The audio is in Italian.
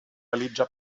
valigia